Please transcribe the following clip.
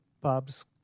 Bob's